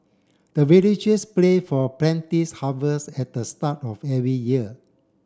the villagers pray for harvest at the start of every year